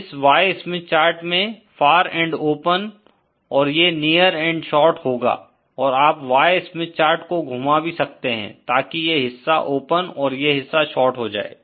इस Y Smith chart में far end open और ये नियर एन्ड शार्ट होगा और आप Y स्मिथ चार्ट को घुमा भी सकते हैं ताकि ये हिस्सा ओपन और ये हिस्सा शार्ट हो जाये